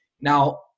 Now